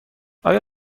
آیا